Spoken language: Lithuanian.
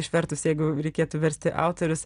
išvertus jeigu reikėtų versti autorius